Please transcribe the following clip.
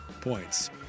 points